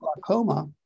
glaucoma